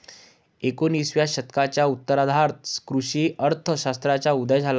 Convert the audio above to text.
एकोणिसाव्या शतकाच्या उत्तरार्धात कृषी अर्थ शास्त्राचा उदय झाला